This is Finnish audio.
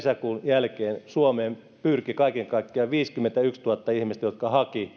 kesäkuun jälkeen suomeen pyrki kaiken kaikkiaan viisikymmentätuhatta ihmistä jotka hakivat